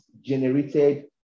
generated